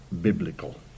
biblical